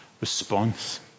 response